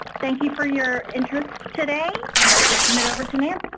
thank you for your interest today, and i will turn it over to nancy.